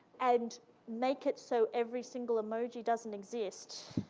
and make it so every single emoji doesn't exist,